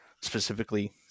specifically